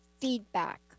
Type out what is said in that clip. feedback